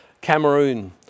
Cameroon